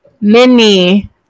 mini